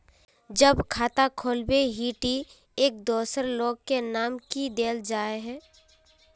जब खाता खोलबे ही टी एक दोसर लोग के नाम की देल जाए है?